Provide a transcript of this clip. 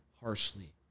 harshly